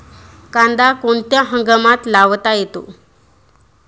कांदा कोणत्या हंगामात लावता येतो?